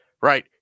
Right